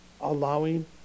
allowing